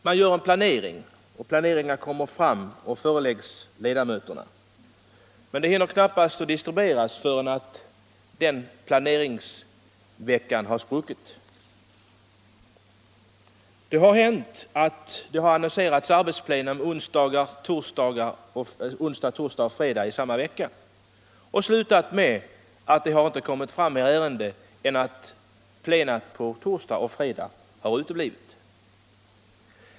Man gör en planering, och den föreläggs ledamöterna, men den hinner knappast distribueras förrän den har spruckit. Det har hänt att det har annonserats arbetsplenum onsdag, torsdag och fredag i samma vecka, men så har det inte kommit fram fler ärenden än att plena på torsdag och fredag har uteblivit.